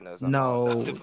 No